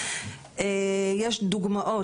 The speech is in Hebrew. יש דוגמאות.